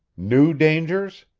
new dangers?